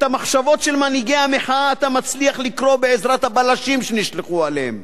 את המחשבות של מנהיגי המחאה אתה מצליח לקרוא בעזרת הבלשים שנשלחו אליהם.